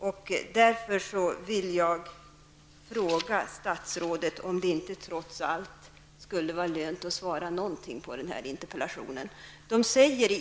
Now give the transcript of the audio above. Jag fråga om inte statsrådet trots allt kunde ge något svar på denna interpellation.